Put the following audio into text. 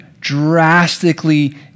drastically